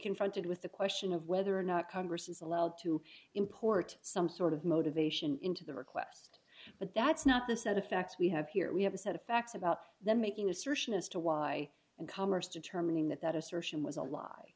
confronted with the question of whether or not congress is allowed to import some sort of motivation into the request but that's not the set of facts we have here we have a set of facts about them making assertion as to why and commerce determining that that assertion was a li